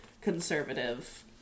conservative